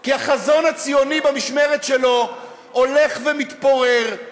כי החזון הציוני במשמרת שלו הולך ומתפורר,